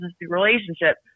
relationship